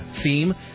theme